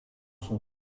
son